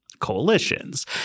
coalitions